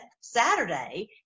Saturday